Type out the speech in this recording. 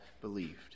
believed